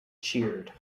cheered